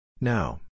Now